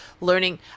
learning